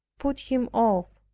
put him off,